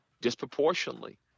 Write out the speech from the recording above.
disproportionately